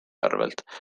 arvelt